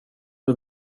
hur